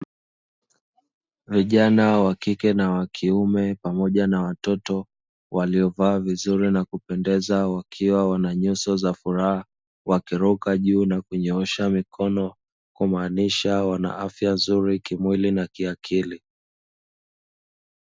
Vijana wa kike na wa kiume pamoja na watoto, waliovaa vizuri na kupendeza wakiwa wana nyuso za furaha, wakiruka juu na kunyoosha mikono, kumaanisha wana afya nzuri kimwili na kiakili.